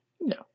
No